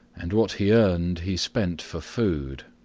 and what he earned he spent for food.